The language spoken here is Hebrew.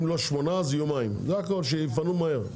אם לא שמונה אז יומיים, שיפנו מהר.